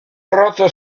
grottes